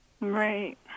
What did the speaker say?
Right